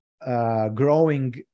growing